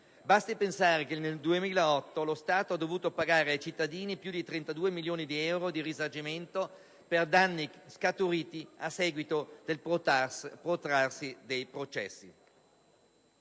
Basti pensare che nel 2008 lo Stato ha dovuto pagare ai cittadini più di 32 milioni di euro di risarcimento per danni legati al protrarsi dei processi.